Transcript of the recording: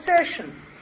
assertion